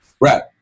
Right